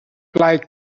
like